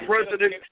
president